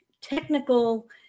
technical